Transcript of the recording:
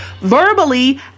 verbally